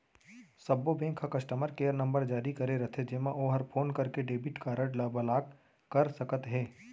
सब्बो बेंक ह customer care number जारी करे रथे जेमा ओहर फोन करके डेबिट कारड ल ब्लाक कर सकत हे